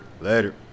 later